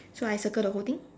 so I circle the whole thing